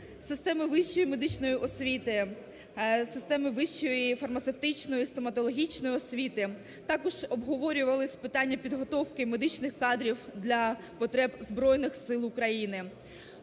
системи вищої медичної освіти, системи вищої фармацевтичної, стоматологічної освіти, також обговорювались питання підготовки медичних кадрів для потреб Збройних сил України.